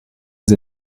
sie